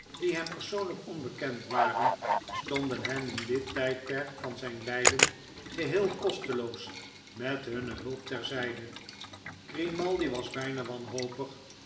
die hem persoonlijk onbekend waren stonden hem in dit tijdperk van zijn lijden geheel kosteloos met hunne hulp ter zijde grimaldi was bijna wanhopig